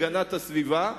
הגנת הסביבה,